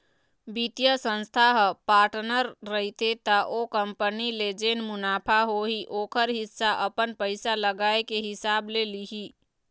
बित्तीय संस्था ह पार्टनर रहिथे त ओ कंपनी ले जेन मुनाफा होही ओखर हिस्सा अपन पइसा लगाए के हिसाब ले लिही